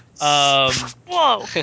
whoa